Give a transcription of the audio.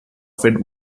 fed